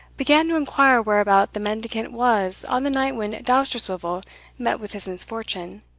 began to inquire whereabout the mendicant was on the night when dousterswivel met with his misfortune,